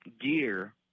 gear